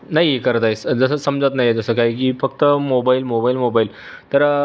नाही करत आहे स जसं समजत नाही जसं काही की फक्त मोबाईल मोबाईल मोबाईल तर